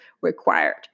required